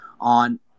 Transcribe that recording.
on